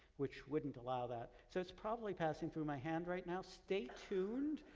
which wouldn't allow that. so it's probably passing through my hand right now. stay tuned.